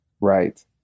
Right